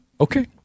Okay